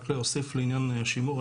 רק להוסיף לעניין השימור.